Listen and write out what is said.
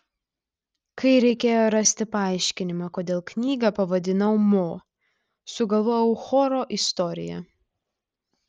kai reikėjo rasti paaiškinimą kodėl knygą pavadinau mo sugalvojau choro istoriją